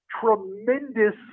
tremendous